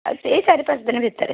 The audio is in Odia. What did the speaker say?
ସେଇ ଚାରି ପାଞ୍ଚ ଦିନ ଭିତରେ